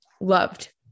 loved